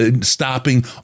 stopping